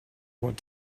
what